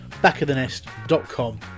backofthenest.com